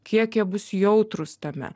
kiek jie bus jautrūs tame